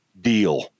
deal